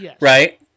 right